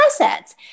assets